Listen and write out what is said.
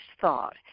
thought